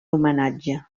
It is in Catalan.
homenatge